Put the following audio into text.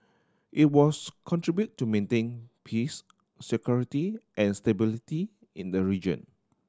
it was contribute to maintaining peace security and stability in the region